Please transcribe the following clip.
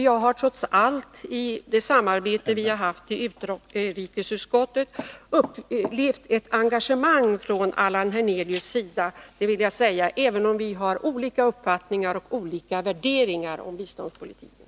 Jag har trots allt, i det samarbete vi har haft i utrikesutskottet, upplevt ett engagemang från Allan Hernelius sida — även om vi har olika uppfattning och olika värderingar avseende biståndspolitiken.